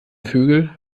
vögel